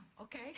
okay